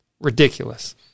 Ridiculous